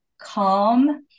calm